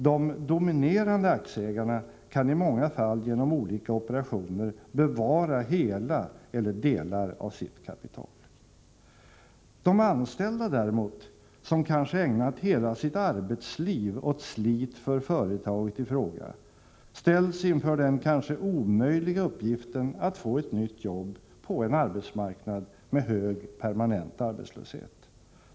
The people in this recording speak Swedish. De dominerande aktieägarna kan i många fall genom olika operationer bevara hela eller delar av sitt kapital. De anställda däremot, som kanske ägnat hela sitt arbetsliv åt slit för företaget i fråga, ställs inför den kanske omöjliga uppgiften att få ett nytt jobb på en arbetsmarknad med hög permanent arbetslöshet.